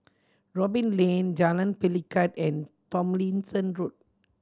Robin Lane Jalan Pelikat and Tomlinson Road